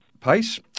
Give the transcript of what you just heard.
pace